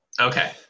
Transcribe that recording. Okay